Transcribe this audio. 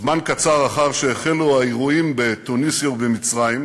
זמן קצר אחר שהחלו האירועים בתוניסיה ובמצרים,